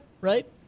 right